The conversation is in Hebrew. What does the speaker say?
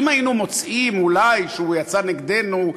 אם היינו מוצאים אולי שהוא יצא נגדנו,